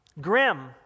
Grim